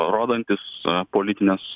rodantis politinės